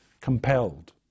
compelled